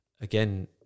again